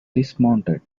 dismounted